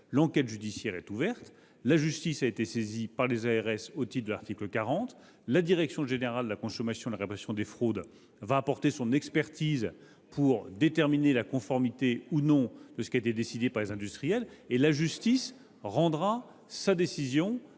L’enquête judiciaire est ouverte. La justice a été saisie par les ARS au titre de l’article 40 du code de procédure pénale. La direction générale de la concurrence, de la consommation et de la répression des fraudes va apporter son expertise pour déterminer la conformité ou non de ce qui a été décidé par les industriels, et la justice rendra sa décision